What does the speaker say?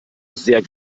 sehr